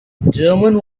german